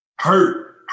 hurt